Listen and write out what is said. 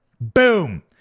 Boom